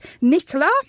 Nicola